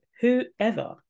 whoever